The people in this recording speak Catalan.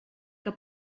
que